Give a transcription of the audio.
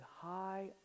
high